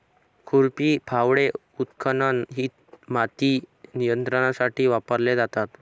खुरपी, फावडे, उत्खनन इ माती नियंत्रणासाठी वापरले जातात